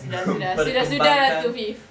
memperkembangkan